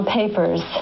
papers